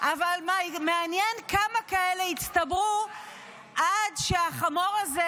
אבל מעניין כמה כאלה יצטברו עד שהחמור הזה,